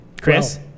Chris